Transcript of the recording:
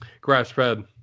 grass-fed